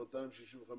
265